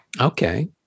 Okay